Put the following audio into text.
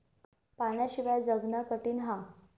पाण्याशिवाय जगना कठीन हा